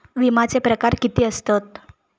विमाचे प्रकार किती असतत?